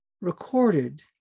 recorded